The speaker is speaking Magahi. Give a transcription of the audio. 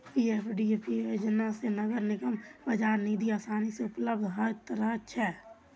पीएफडीपी योजना स नगर निगमक बाजार निधि आसानी स उपलब्ध ह त रह छेक